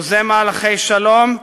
יוזם מהלכי שלום,